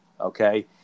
Okay